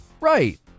Right